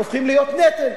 הופכים להיות נטל.